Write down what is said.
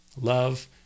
love